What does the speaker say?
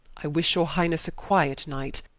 i wish your highnesse a quiet night,